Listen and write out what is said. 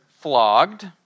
flogged